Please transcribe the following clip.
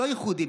לא ייחודי,